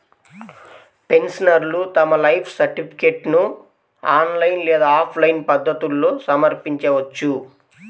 పెన్షనర్లు తమ లైఫ్ సర్టిఫికేట్ను ఆన్లైన్ లేదా ఆఫ్లైన్ పద్ధతుల్లో సమర్పించవచ్చు